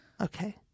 Okay